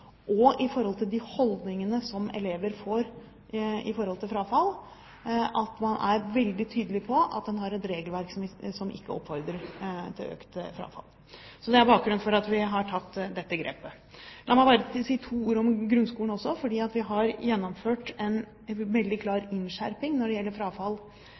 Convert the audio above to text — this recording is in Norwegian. frafall, at man er veldig tydelig på at man har et regelverk som ikke oppfordrer til økt frafall. Så det er bakgrunnen for at vi har tatt dette grepet. La meg bare si to ord om grunnskolen også. Vi har gjennomført en veldig klar innskjerping når det gjelder frafall